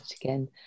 again